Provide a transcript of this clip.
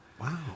Wow